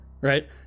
Right